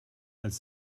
als